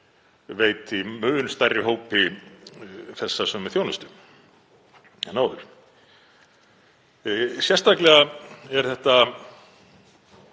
veiti mun stærri hópi þessa sömu þjónustu en áður? Sérstaklega er þetta